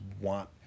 want